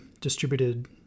distributed